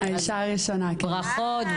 ברכות.